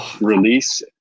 release